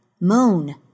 Moan